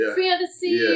fantasy